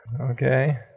Okay